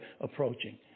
approaching